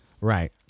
Right